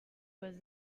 was